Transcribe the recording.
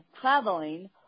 traveling